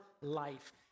life